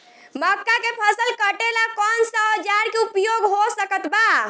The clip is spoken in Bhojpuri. मक्का के फसल कटेला कौन सा औजार के उपयोग हो सकत बा?